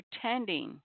pretending